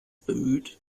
bemüht